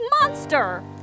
monster